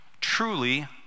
truly